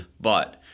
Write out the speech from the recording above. But-